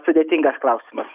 sudėtingas klausimas